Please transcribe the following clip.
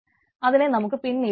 അതിനെ നമുക്ക് പിന്നീട് നോക്കാം